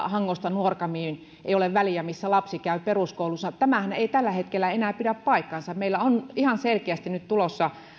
hangosta nuorgamiin ei ole väliä missä lapsi käy peruskoulunsa tämähän ei tällä hetkellä enää pidä paikkaansa meillä on nyt tulossa ihan